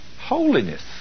holiness